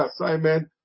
assignment